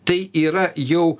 tai yra jau